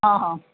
हां हां